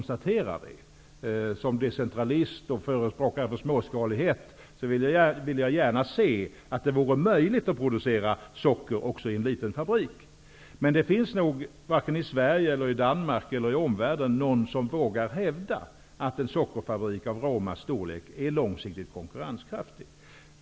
Som decentralist och förespråkare för småskalighet vill jag gärna se att det vore möjligt att producera socker också i en liten fabrik. Varken i Sverige, Danmark eller i omvärlden finns det nog ingen som vågar hävda att en sockerfabrik av Romas storlek är konkurrenskraftig på lång sikt.